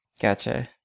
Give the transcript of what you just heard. Gotcha